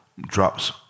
drops